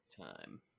time